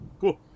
Cool